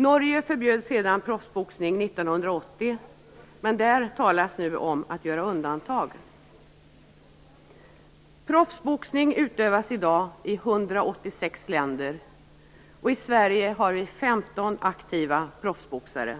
Norge förbjöd sedan proffsboxning 1980, men där talas det nu om att göra undantag. Proffsboxning utövas i dag i 186 länder, och i Sverige har vi 15 aktiva proffsboxare,